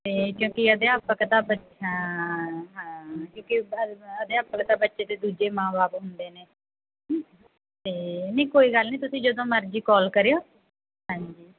ਅਤੇ ਕਿਉਂਕਿ ਅਧਿਆਪਕ ਤਾਂ ਬੱ ਹਾਂ ਹਾਂ ਕਿਉਂਕਿ ਅਧਿਆਪਕ ਤਾਂ ਬੱਚੇ ਦੇ ਦੂਜੇ ਮਾਂ ਬਾਪ ਹੁੰਦੇ ਨੇ ਤਾਂ ਨਹੀਂ ਕੋਈ ਗੱਲ ਨਹੀਂ ਤੁਸੀਂ ਜਦੋਂ ਮਰਜ਼ੀ ਕਾਲ ਕਰਿਓ ਹਾਂਜੀ